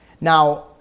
Now